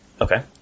Okay